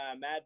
Mad